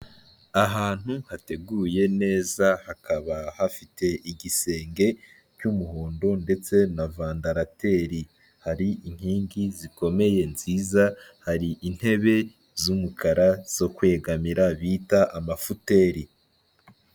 Ahantu hateguye neza, hakaba hafite igisenge cy'umuhondo ndetse na vandarateri, Hari inkingi zikomeye nziza, hari intebe z'umukara zo kwegamira bita amafuteri.